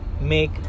make